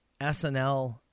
SNL